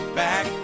back